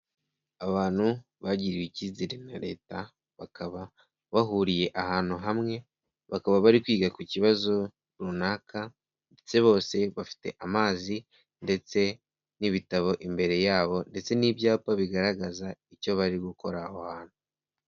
Abantu bagiriwe icyizere na leta bakaba bahuriye ahantu hamwe, bakaba bari kwiga ku kibazo runaka ndetse bose bafite amazi ndetse n'ibitabo imbere yabo ndetse n'ibyapa bigaragaza icyo bari gukora aho hantu.